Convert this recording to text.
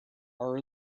our